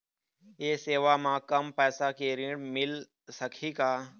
ये सेवा म कम पैसा के ऋण मिल सकही का?